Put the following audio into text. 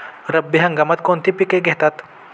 रब्बी हंगामात कोणती पिके घेतात?